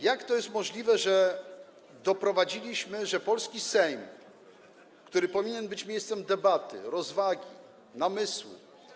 Jak to jest możliwe, że doprowadziliśmy do tego, że polski Sejm, który powinien być miejscem debaty, rozwagi, namysłu.